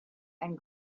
and